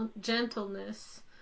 gentleness